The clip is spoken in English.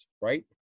right